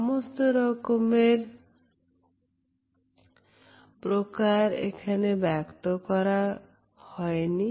সমস্ত রকমের প্রকার এখানে ব্যক্ত করা হয়নি